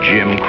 Jim